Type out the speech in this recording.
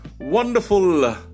wonderful